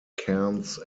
cairns